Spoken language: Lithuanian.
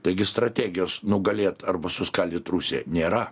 taigi strategijos nugalėt arba suskaldyt rusiją nėra